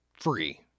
free